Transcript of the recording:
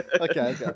Okay